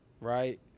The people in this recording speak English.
right